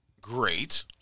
Great